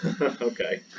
okay